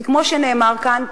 כי כמו שנאמר כאן,